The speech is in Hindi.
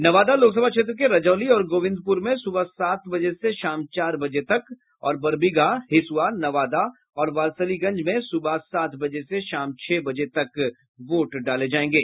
नवादा लोकसभा क्षेत्र के रजौली और गोविंदपुर में सुबह सात बजे से शाम चार बजे तक और बरबीघा हिसुआ नवादा और वारिसलीगंज में सुबह सात बजे से शाम छह बजे तक वोट डाले जायेंगे